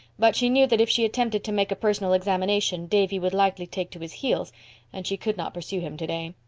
but she knew that if she attempted to make a personal examination davy would likely take to his heels and she could not pursue him today.